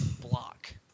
block